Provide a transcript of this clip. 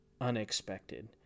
unexpected